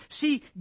See